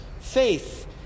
faith